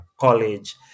college